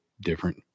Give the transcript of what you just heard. different